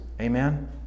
Amen